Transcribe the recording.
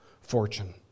fortune